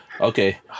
okay